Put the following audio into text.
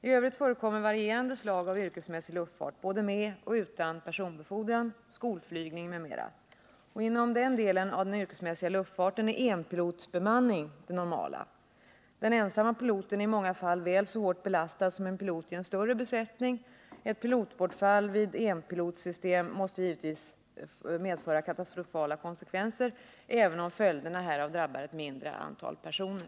I övrigt förekommer varierande slag av yrkesmässig luftfart, både med och utan personbefordran, skolflygning m.m., och inom den delen av den yrkesmässiga luftfarten är enpilotsbemanning det normala. Den ensamme piloten är i många fall väl så hårt belastad som en pilot i en större besättning. Ett pilotbortfall vid enpilotssystem måste givetvis medföra katastrofala konsekvenser, även om följderna härav drabbar ett mindre antal personer.